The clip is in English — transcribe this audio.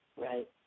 Right